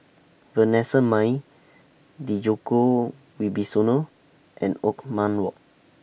Vanessa Mae Djoko Wibisono and Othman Wok